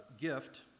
gift